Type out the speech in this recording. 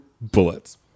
bullets